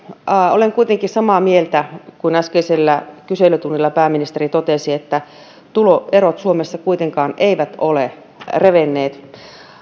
olen kuitenkin samaa mieltä kuin äskeisellä kyselytunnilla pääministeri joka totesi että tuloerot suomessa kuitenkaan eivät ole revenneet